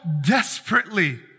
desperately